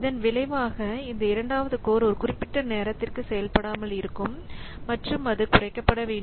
இதன் விளைவாக இந்த இரண்டாவது கோர் ஒரு குறிப்பிட்ட நேரத்திற்கு செயல்படாமல் இருக்கும் மற்றும் அது குறைக்கப்பட வேண்டும்